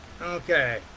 okay